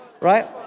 right